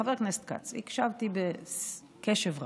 חבר הכנסת כץ, הקשבתי בקשב רב,